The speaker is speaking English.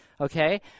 okay